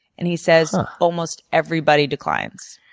and he says almost everybody declines.